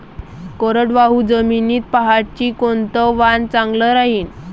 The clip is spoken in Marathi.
कोरडवाहू जमीनीत पऱ्हाटीचं कोनतं वान चांगलं रायीन?